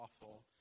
awful